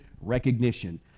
recognition